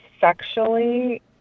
sexually